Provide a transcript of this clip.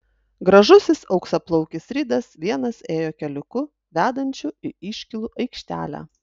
gražusis auksaplaukis ridas vienas ėjo keliuku vedančiu į iškylų aikštę